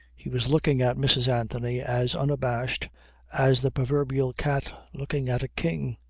he was looking at mrs. anthony as unabashed as the proverbial cat looking at a king.